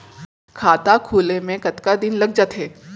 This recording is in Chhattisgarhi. खाता खुले में कतका दिन लग जथे?